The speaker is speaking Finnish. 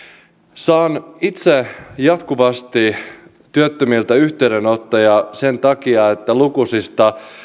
saan itse jatkuvasti yhteydenottoja työttömiltä sen takia että lukuisista